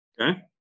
okay